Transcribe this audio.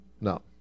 No